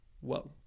whoa